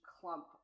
clump